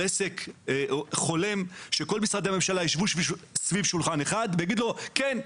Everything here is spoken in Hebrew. עסק חולם שכל משרדי הממשלה יישבו סביב שולחן אחד ויגידו לו: כן,